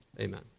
amen